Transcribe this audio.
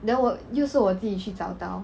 then 我又是我自己去找到